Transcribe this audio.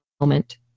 moment